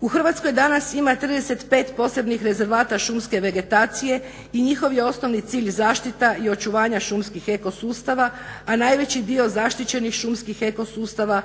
U Hrvatskoj danas ima 35 posebnih rezervata šumske vegetacije i njihov je osnovni cilj zaštita i očuvanja šumskih eko sustava, a najveći dio zaštićenih šumskih eko sustava